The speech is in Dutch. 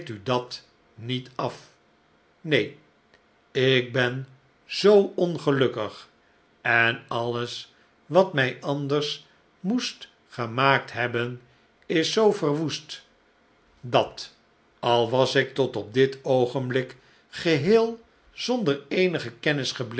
u dat niet af neen ik ben zoo ongelukkig en alles wat mij anders moest gemaakt hebben is zoo verwoest dat al was ik tot op dit oogenblik geheel zonder eenige kennis